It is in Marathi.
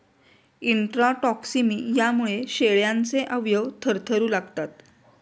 इंट्राटॉक्सिमियामुळे शेळ्यांचे अवयव थरथरू लागतात